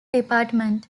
department